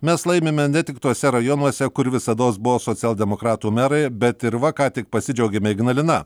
mes laimime ne tik tuose rajonuose kur visados buvo socialdemokratų merai bet ir va ką tik pasidžiaugėme ignalina